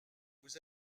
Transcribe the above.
vous